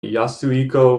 yasuhiko